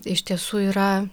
iš tiesų yra